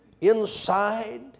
inside